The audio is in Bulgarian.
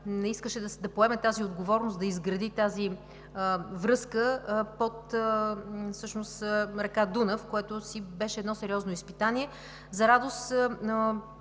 не искаше, да поеме тази отговорност и да изгради тази връзка под река Дунав, което си беше едно сериозно изпитание. За радост,